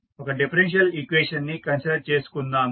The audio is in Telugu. ఒక డిఫరెన్షియల్ ఈక్వేషన్ ని కన్సిడర్ చేసుకుందాము